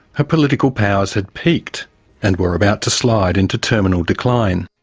her political powers had peaked and were about to slide into terminal decline.